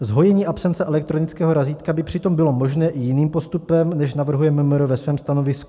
Zhojení absence elektronického razítka by přitom bylo možné i jiným postupem, než navrhuje MMR ve svém stanovisku.